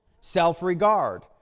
self-regard